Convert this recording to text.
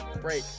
Break